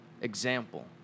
example